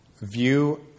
view